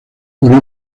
murió